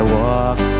walk